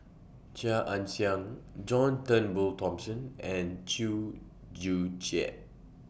Chia Ann Siang John Turnbull Thomson and Chew Joo Chiat